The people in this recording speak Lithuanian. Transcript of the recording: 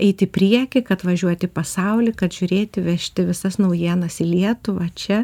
eit į priekį kad važiuot į pasaulį kad žiūrėti vežti visas naujienas į lietuvą čia